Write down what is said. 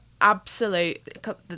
absolute